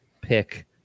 pick